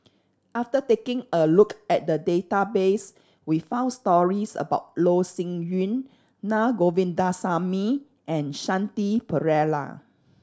after taking a look at the database we found stories about Loh Sin Yun Na Govindasamy and Shanti Pereira